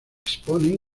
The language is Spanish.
exponen